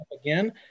again